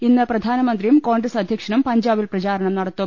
ഇന്ന് പ്രധാനമന്ത്രിയും കോൺഗ്രസ് അധ്യക്ഷനും പഞ്ചാബിൽ പ്രചാരണം നടത്തും